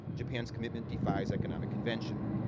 japan's commitment defies economic convention.